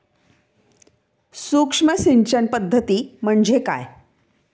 सूक्ष्म सिंचन पद्धती म्हणजे काय?